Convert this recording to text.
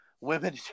Women